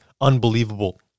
unbelievable